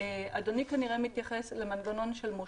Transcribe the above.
אדוני כנראה מתייחס למנגנון של מושל"כ.